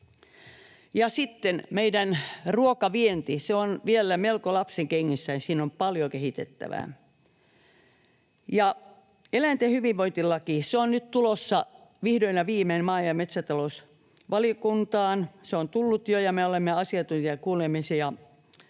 Sitten meidän ruokaviennistä: se on vielä melko lapsenkengissä, ja siinä on paljon kehitettävää. Eläinten hyvinvointilaki on nyt vihdoin ja viimein tullut maa- ja metsätalousvaliokuntaan, ja me olemme asiantuntijakuulemisia